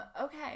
okay